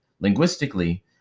Linguistically